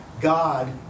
God